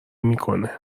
میکنه